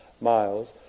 miles